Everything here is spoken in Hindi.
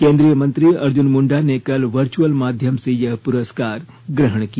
केन्द्रीय मंत्री अर्जुन मुंडा ने कल वर्चुअल माध्यम से यह प्रस्कार ग्रहण किया